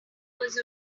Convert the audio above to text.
was